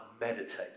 meditate